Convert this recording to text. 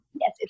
Yes